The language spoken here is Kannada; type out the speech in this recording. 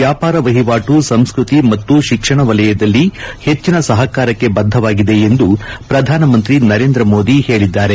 ವ್ವಾಪಾರ ವಹಿವಾಟು ಸಂಸ್ನತಿ ಮತ್ತು ಶಿಕ್ಷಣ ವಲಯದಲ್ಲಿ ಹೆಚ್ಚಿನ ಸಹಕಾರಕ್ಕೆ ಬದ್ಧವಾಗಿದೆ ಎಂದು ಪ್ರಧಾನಮಂತ್ರಿ ನರೇಂದ್ರ ಮೋದಿ ಹೇಳಿದ್ದಾರೆ